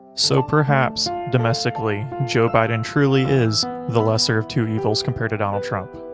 so perhaps domestically joe biden truly is the lesser of two evils compared to donald trump.